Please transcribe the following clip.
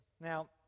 Now